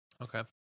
Okay